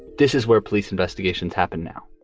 this is where police investigations happen now